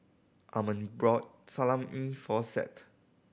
Almond brought Salami for Seth